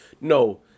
no